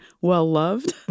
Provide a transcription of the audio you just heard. well-loved